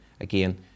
again